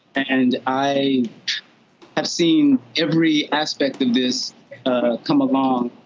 and i have seen every aspect of this ah come along.